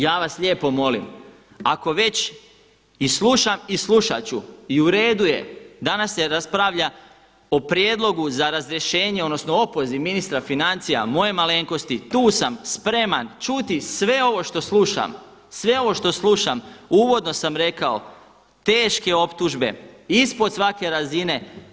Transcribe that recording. Ja vas lijepo molim, ako već i slušam i slušati ću i u redu je, danas se raspravlja o prijedlogu za razrješenje odnosno opoziv ministra financija, moje malenkosti, tu sam spreman čuti sve ovo što slušam, sve ovo što slušam, uvodno sam rekao, teške optužbe ispod svake razine.